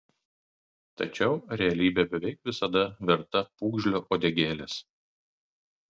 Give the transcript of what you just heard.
tačiau realybė beveik visada verta pūgžlio uodegėlės